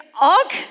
Og